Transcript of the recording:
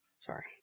sorry